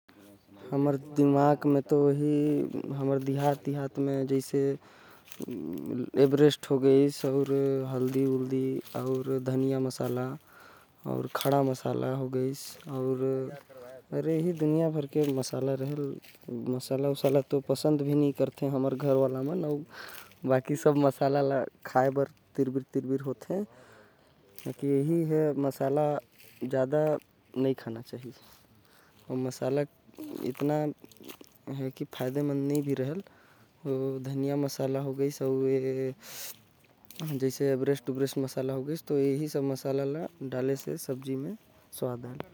हमर कति जो मसाला खाथे ओ हवे एवेरेस्ट। हल्दी मसाला धनिया मसाला अउ खड़ा मसाला।